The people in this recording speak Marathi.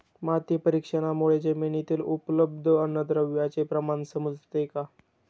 माती परीक्षणामुळे जमिनीतील उपलब्ध अन्नद्रव्यांचे प्रमाण समजते का?